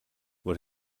what